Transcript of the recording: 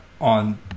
on